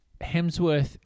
Hemsworth